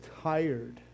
tired